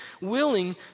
willing